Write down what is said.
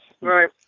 Right